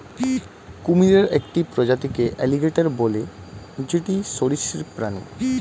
কুমিরের একটি প্রজাতিকে এলিগেটের বলে যেটি সরীসৃপ প্রাণী